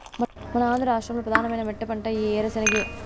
మన ఆంధ్ర రాష్ట్రంలో ప్రధానమైన మెట్టపంట ఈ ఏరుశెనగే